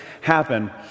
happen